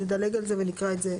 נדלג על זה ונקרא את זה,